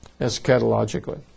Eschatologically